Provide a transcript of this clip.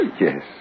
Yes